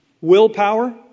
Willpower